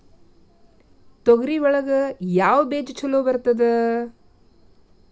ತೊಗರಿ ಒಳಗ ಯಾವ ಬೇಜ ಛಲೋ ಬರ್ತದ?